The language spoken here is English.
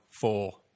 four